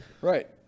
Right